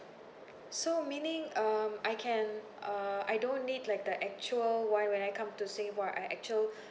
so meaning um I can uh I don't need like the actual why when I come to singapore uh actual